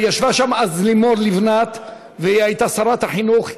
ישבה שם אז לימור לבנת, היא הייתה שרת החינוך.